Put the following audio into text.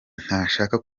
ntashaka